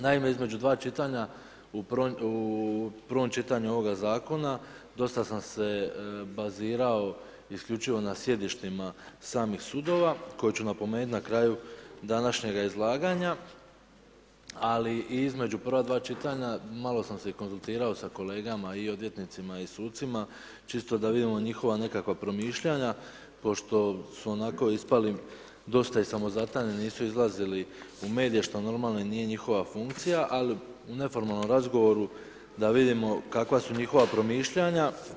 Naime, između dva čitanja, u prvom čitanju ovoga zakona dosta sam se bazirao isključivo na sjedištima samih sudova koje ću napomenuti na kraju današnjega izlaganja ali i između prva dva čitanja malo sam se i konzultirao i sa kolegama i odvjetnicima i sucima čisto da vidimo njihova nekakva promišljanja pošto su onako ispali dosta i samozatajni, nisu izlazili u medije što normalno i nije njihova funkcija, ali u neformalnom razgovoru da vidimo kakva su njihova promišljanja.